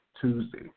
Tuesday